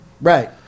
right